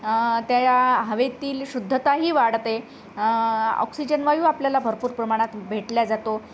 त्या या हवेतील शुद्धताही वाढते ऑक्सिजन वायू आपल्याला भरपूर प्रमाणात भेटल्या जातो